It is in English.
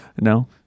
No